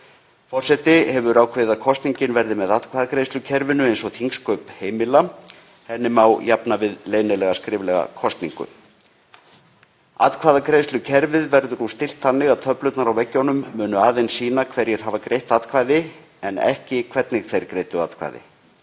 Forseti hefur ákveðið að kosningin verði með atkvæðagreiðslukerfinu eins og þingsköp heimila. Henni má jafna við leynilega skriflega kosningu. Atkvæðagreiðslukerfið verður nú þannig stillt að töflurnar á veggjunum munu aðeins sýna hverjir hafa greitt atkvæði en ekki hvernig þeir greiddu atkvæði.